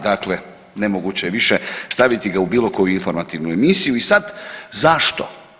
Dakle, nemoguće je više staviti ga u bilo koju informativnu emisiju i sad, zašto?